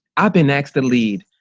i've been asked to lead.